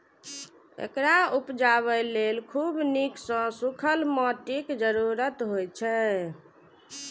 एकरा उपजाबय लेल खूब नीक सं सूखल माटिक जरूरत होइ छै